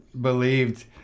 believed